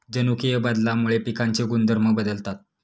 जनुकीय बदलामुळे पिकांचे गुणधर्म बदलतात